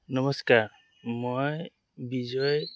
নমস্কাৰ মই বিজয়